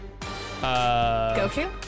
Goku